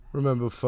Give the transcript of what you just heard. Remember